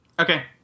Okay